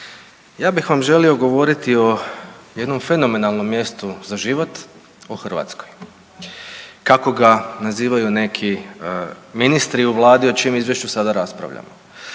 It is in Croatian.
ja bih vam želio govoriti o jednom fenomenalnom mjestu za život o Hrvatskoj kako ga nazivaju neki ministri u vladi o čijem izvješću sada raspravljamo.